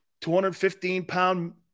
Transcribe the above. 215-pound